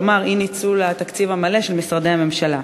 כלומר אי-ניצול התקציב המלא של משרדי הממשלה.